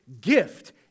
gift